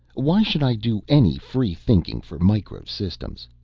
why should i do any free thinking for micro systems?